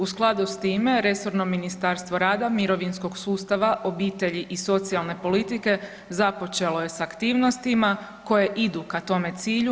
U skladu s time resorno Ministarstvo rada, mirovinskog sustava, obitelji i socijalne politike započelo je s aktivnostima koje idu ka tome cilju.